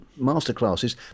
masterclasses